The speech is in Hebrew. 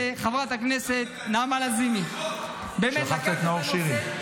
חברת הכנסת נעמה לזימי --- שכחת את נאור שירי.